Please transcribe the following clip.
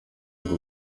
ngo